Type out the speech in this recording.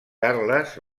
carles